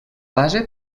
base